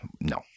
No